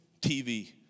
TV